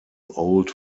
old